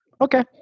Okay